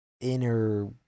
inner